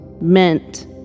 meant